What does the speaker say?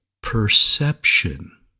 perception